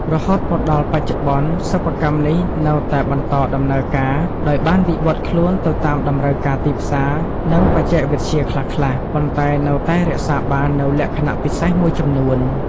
រហូតមកដល់បច្ចុប្បន្ន សិប្បកម្មនេះនៅតែបន្តដំណើរការ ដោយបានវិវឌ្ឍន៍ខ្លួនទៅតាមតម្រូវការទីផ្សារ និងបច្ចេកវិទ្យាខ្លះៗ ប៉ុន្តែនៅតែរក្សាបាននូវលក្ខណៈពិសេសមួយចំនួន។